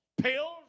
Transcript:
Pills